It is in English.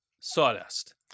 sawdust